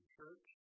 church